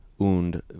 und